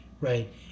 right